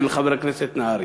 של חבר הכנסת נהרי.